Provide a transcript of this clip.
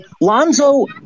Lonzo